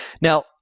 Now